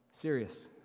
serious